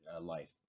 life